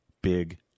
big